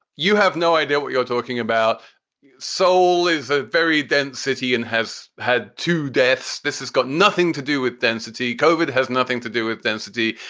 you have no idea what you're talking about seoul is a very dense city and has had two deaths. this has got nothing to do with density kovar. it has nothing to do with density.